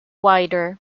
wider